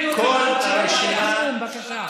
בבקשה.